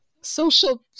Social